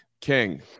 King